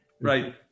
Right